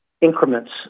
increments